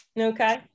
okay